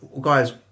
guys